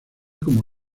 como